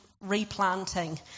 replanting